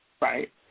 Right